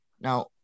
Now